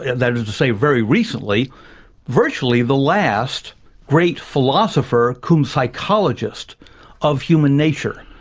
that is to say, very recently virtually the last great philosopher-cum-psychologist of human nature.